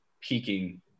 peaking